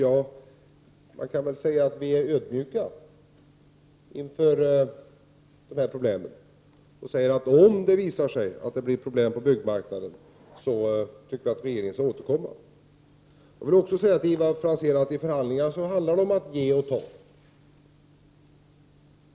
Jag kan väl säga att vi är ödmjuka inför problemen, och om det visar sig bli problem på byggmarknaden, tycker vi att regeringen skall återkomma till frågan. Jag vill också säga till Ivar Franzén att i förhandlingar handlar det om att ge och att ta.